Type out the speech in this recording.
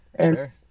sure